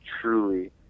truly